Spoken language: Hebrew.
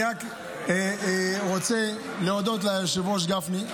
אני רק רוצה להודות ליושב-ראש גפני,